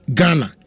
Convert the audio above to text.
Ghana